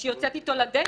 שהיא יוצאת איתו לדייט.